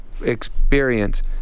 experience